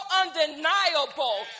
undeniable